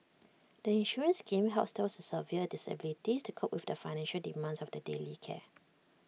the insurance scheme helps those with severe disabilities to cope with the financial demands of their daily care